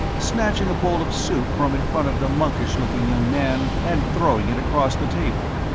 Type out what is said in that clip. snatching a bowl of soup from in front of the monkish-looking young man and throwing it across the table.